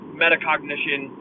metacognition